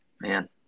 man